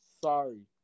sorry